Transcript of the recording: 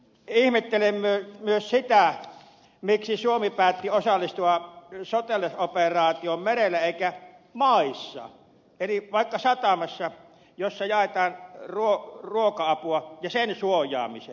ihmettelen myös sitä miksi suomi päätti osallistua sotilasoperaatioon merellä eikä maissa vaikkapa satamassa jossa jaetaan ruoka apua ja osallistuisi sen suojaamiseen